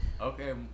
Okay